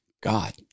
God